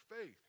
faith